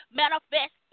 manifest